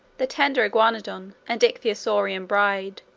the tender iguanodon and ichthyosaurian bride